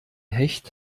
hecht